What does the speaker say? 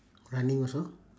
running also